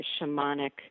shamanic